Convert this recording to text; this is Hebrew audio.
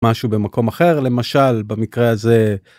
משהו במקום אחר, למשל, במקרה הזה...